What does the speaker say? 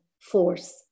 force